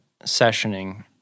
sessioning